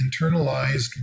internalized